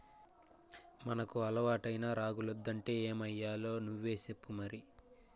మనకు అలవాటైన రాగులొద్దంటే ఏమయ్యాలో నువ్వే సెప్పు మరి